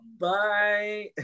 Bye